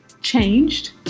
changed